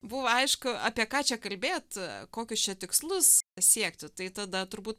buvo aišku apie ką čia kalbėt kokius čia tikslus siekti tai tada turbūt